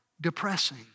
depressing